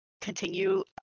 continue